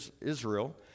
Israel